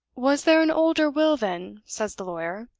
was there an older will, then says the lawyer,